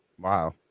wow